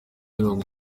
mirongo